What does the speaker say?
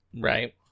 Right